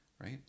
right